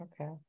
okay